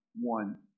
one